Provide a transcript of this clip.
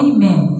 Amen